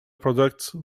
products